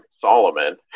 Solomon